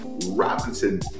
Robinson